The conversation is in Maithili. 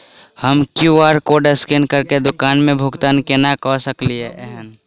हम क्यू.आर कोड स्कैन करके दुकान मे भुगतान केना करऽ सकलिये एहन?